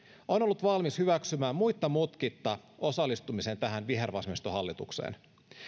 on ollut valmis hyväksymään muitta mutkitta osallistumisen tähän vihervasemmistohallitukseen